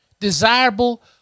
desirable